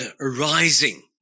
arising